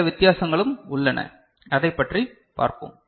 சில வித்தியாசங்களும் உள்ளன அதைப் பற்றி பார்ப்போம்